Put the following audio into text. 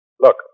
Look